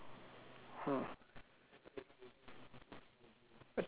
!huh!